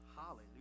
hallelujah